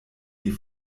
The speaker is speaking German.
die